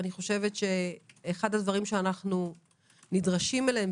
אני חושבת שאחד הדברים שאנחנו נדרשים אליו,